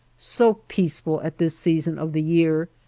so peaceful at this season of the year,